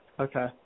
Okay